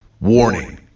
Warning